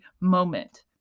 moment